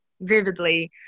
vividly